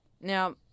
Now